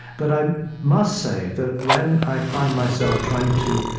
but i must say that when i find myself trying to